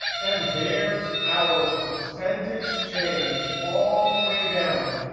and there's our percentage change all the way down.